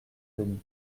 denis